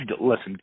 listen